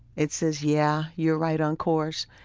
it says, yeah, you're right on course.